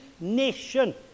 nation